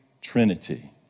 Trinity